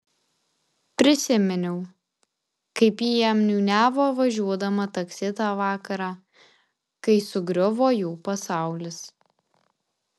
prisiminiau kaip ji jam niūniavo važiuodama taksi tą vakarą kai sugriuvo jų pasaulis